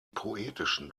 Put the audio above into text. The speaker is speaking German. poetischen